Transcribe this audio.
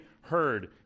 heard